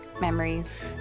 memories